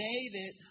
David